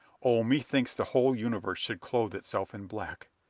oh methinks the whole universe should clothe itself in black,